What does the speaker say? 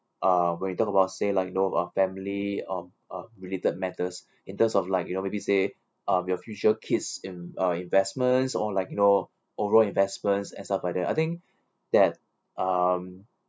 uh when you talk about say lah you know family um uh related matters in terms of like you know maybe say um your future kids inv~ uh investments or like you know overall investments and stuff like that I think that um